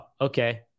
okay